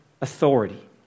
authority